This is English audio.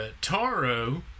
Taro